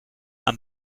and